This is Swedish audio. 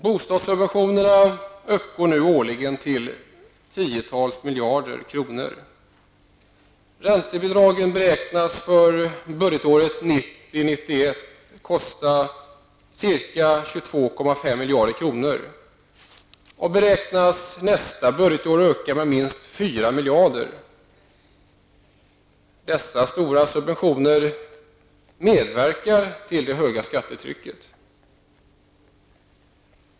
Bostadssubventionerna uppgår årligen till tiotals miljarder kronor. Räntebidragen beräknas budgetåret 1990/91 kosta ca 22,5 miljarder kronor och beräknas nästa budgetår öka med minst 4 miljarder kronor. De stora subventionerna medverkar till det höga skattetrycket.